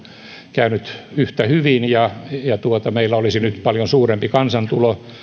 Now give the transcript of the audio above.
käynyt yhtä hyvin ja meillä olisi nyt paljon suurempi kansantulo